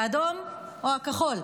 האדום או הכחול.